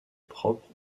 propres